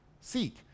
seek